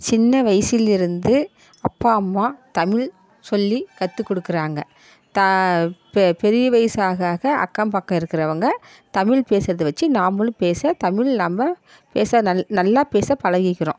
சின்ன வயசிலிருந்து அப்பா அம்மா தமிழ் சொல்லி கற்று கொடுக்குறாங்க தா பெரிய வயசு ஆக ஆக அக்கம் பக்கம் இருக்கிறவங்க தமிழ் பேசுறதை வச்சு நாமளும் பேச தமிழ் நாம் பேச நல்லா பேசி பழகிக்கிறோம்